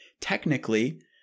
technically